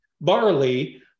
Barley